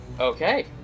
Okay